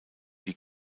wie